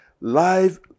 live